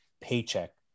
paycheck